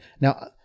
Now